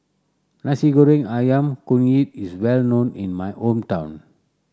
Nasi Goreng Ayam Kunyit is well known in my hometown